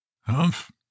Humph